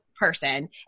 person